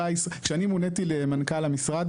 כשאני מוניתי למנכ"ל המשרד,